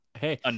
Hey